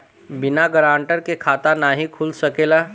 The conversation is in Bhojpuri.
बिना गारंटर के खाता नाहीं खुल सकेला?